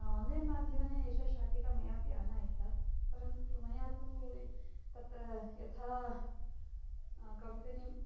online माध्यमने एषा शाटिका मयापि आनायिता परन्तु मया तु तत्र यथा कम्पनीम्